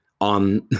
on